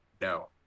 no